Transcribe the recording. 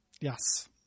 Yes